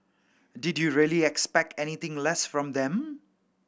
did you really expect anything less from them